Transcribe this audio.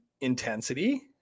intensity